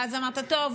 ואז אמרת: טוב,